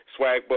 Swagbucks